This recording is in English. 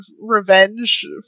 revenge